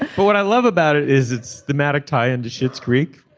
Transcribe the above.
but what i love about it is it's the magic tie and shit's creek